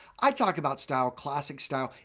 i talk about style, classic style,